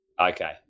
okay